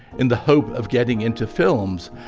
in the hope of getting into films,